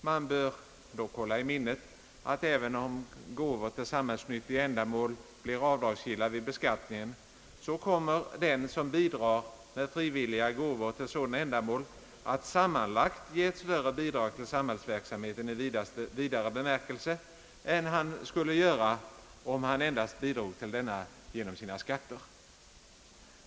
Man bör dock hålla i minnet att, även om gåvor till samhällsnyttiga ändamål blir avdragsgilla vid beskattningen, så komma den som bidrar med frivilliga gåvor till sådana ändamål att sammanlagt ge ett större bidrag till samhällsverksamheten i vidare bemärkelse än han skulle göra, om han endast bidrog till denna genom skatterna.